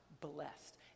blessed